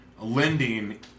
lending